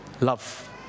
Love